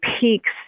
peaks